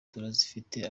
turazifite